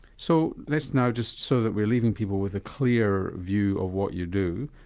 so let's now, just so that we're leaving people with a clear view of what you do,